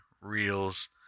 Reels